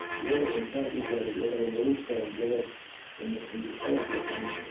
whether inside israel, whether in the west bank, whether in the in the arab world, i mean,